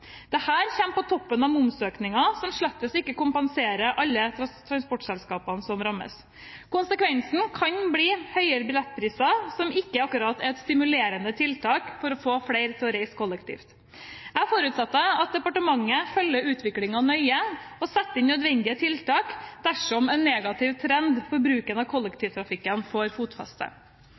på toppen av momsøkningen, og kompenserer slettes ikke alle transportselskapene som rammes. Konsekvensen kan bli høyere billettpriser, som ikke akkurat er et stimulerende tiltak for å få flere til å reise kollektivt. Jeg forutsetter at departementet følger utviklingen nøye og setter inn nødvendige tiltak dersom en negativ trend for bruk av kollektivtrafikk får fotfeste. Jeg er urolig for